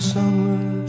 Summer